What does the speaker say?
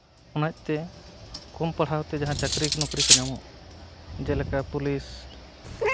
ᱚᱱᱟᱛᱮ ᱠᱚᱢ ᱯᱟᱲᱦᱟᱣᱛᱮ ᱡᱟᱦᱟᱸ ᱪᱟᱹᱠᱨᱤ ᱱᱚᱠᱨᱤ ᱠᱚ ᱧᱟᱢᱚᱜ ᱡᱮᱞᱮᱠᱟ ᱯᱩᱞᱤᱥ